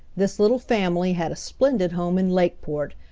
this little family had a splendid home in lakeport,